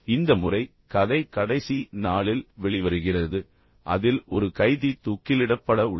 இந்த முறை கதை கடைசி நாளில் வெளிவருகிறது அதில் ஒரு கைதி தூக்கிலிடப்பட உள்ளார்